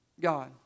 God